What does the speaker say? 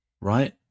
Right